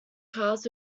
cars